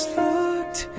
looked